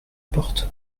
porte